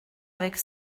avec